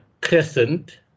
crescent